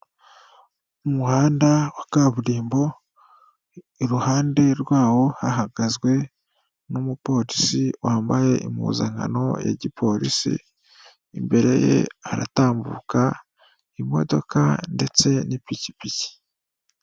Umuhanda wa kaburimbo iruhande rwawo hahagazwe n'umupolisi wambaye impuzankano ya gipolisi imbere ye aratambuka imodoka ndetse n'ipikipiki.